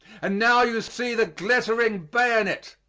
and now you see the glittering bayonet,